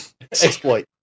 Exploit